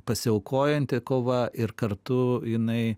pasiaukojanti kova ir kartu jinai